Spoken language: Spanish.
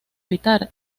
evitar